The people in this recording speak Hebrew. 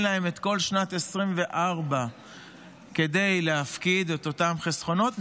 להם את כל שנת 2024 כדי להפקיד את אותם חסכונות,